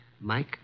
Mike